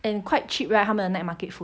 and quite cheap right 他们的 night market food